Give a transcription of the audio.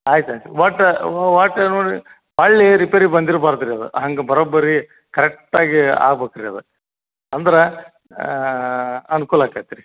ಆಯ್ತು ಆಯ್ತು ಒಟ್ಟು ಒಟ್ಟು ನೋಡಿರಿ ಮರ್ಳಿ ರಿಪೇರಿ ಬಂದಿರ್ಬಾರ್ದು ರೀ ಅದು ಹಂಗೆ ಬರೋಬ್ಬರಿ ಕರೆಕ್ಟಾಗಿ ಆಗ್ಬೇಕ್ ರೀ ಅದು ಅಂದ್ರೆ ಅನ್ಕೂಲ ಆಕೈತೆ ರೀ